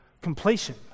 completion